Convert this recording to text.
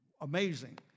Amazing